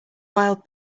wild